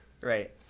Right